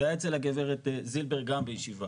זה היה אצל הגברת זילבר גם בישיבה,